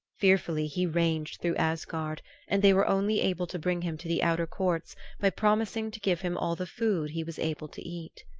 fearfully he ranged through asgard and they were only able to bring him to the outer courts by promising to give him all the food he was able to eat.